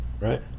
Right